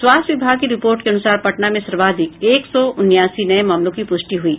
स्वास्थ्य विभाग की रिपोर्ट के अनुसार पटना में सर्वाधिक एक सौ उन्यासी नये मामलों की पुष्टि हुई है